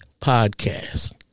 podcast